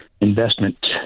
investment